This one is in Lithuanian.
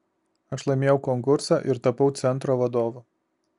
aš laimėjau konkursą ir tapau centro vadovu